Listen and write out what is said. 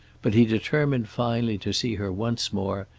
but he determined finally to see her once more,